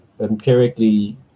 empirically